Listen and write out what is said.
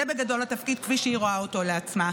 זה בגדול התפקיד כפי שהיא רואה אותו לעצמה.